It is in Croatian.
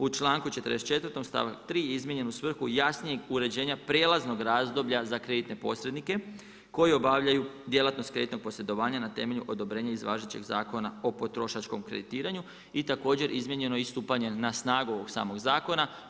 U čl. 44. stavak 3 je izmijenjen u svrhu jasnijeg uređenja prijelaznog razdoblja za kreditne posrednike, koji obavljaju djelatnost kreditnog posredovanja na temelju odobrena iz važećeg zakona o potrošačkom kreditiranju i također izmijenjeno je istupanje na snagu ovog samog zakona.